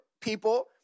people